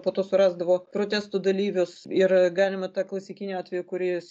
po to surasdavo protestų dalyvius ir galime tą klasikinį atvejį kuris